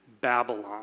Babylon